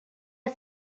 had